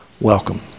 welcome